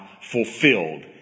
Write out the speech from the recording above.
fulfilled